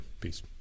Peace